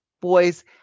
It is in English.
boys